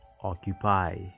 Occupy